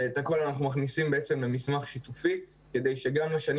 תיכף אנחנו מכניסים בעצם למסמך שיתופי כדי שגם לשנים